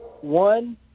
One